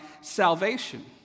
salvation